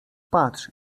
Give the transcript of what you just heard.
patrz